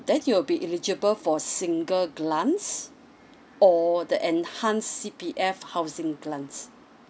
then you'll be eligible for a single grant or the enhanced C_P_F housing grant